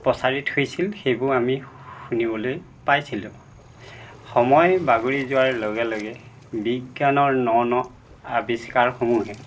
প্ৰচাৰিত হৈছিল সেইবোৰ আমি শুনিবলৈ পাইছিলোঁ সময় বাগৰি যোৱাৰ লগে লগে বিজ্ঞানৰ ন ন আবিষ্কাৰসমূহে